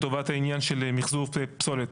לטובת העניין של מחזור פסולת.